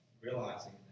realizing